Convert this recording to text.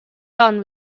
son